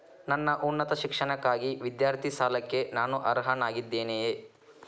ನನ್ನ ಉನ್ನತ ಶಿಕ್ಷಣಕ್ಕಾಗಿ ವಿದ್ಯಾರ್ಥಿ ಸಾಲಕ್ಕೆ ನಾನು ಅರ್ಹನಾಗಿದ್ದೇನೆಯೇ?